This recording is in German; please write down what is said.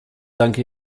danke